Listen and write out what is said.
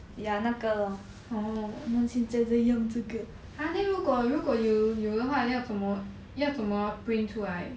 orh !huh! then 如果如果有的话 then 要怎么 print 出来